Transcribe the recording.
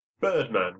Birdman